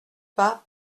pas